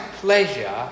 pleasure